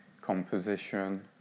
composition